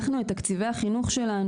אנחנו יותר משלשנו את תקציבי החינוך שלנו